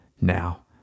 Now